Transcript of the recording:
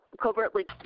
covertly